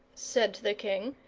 said the king,